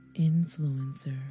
Influencer